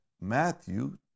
Matthew